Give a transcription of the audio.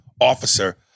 officer